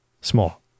small